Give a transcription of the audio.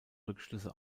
rückschlüsse